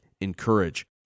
Encourage